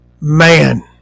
Man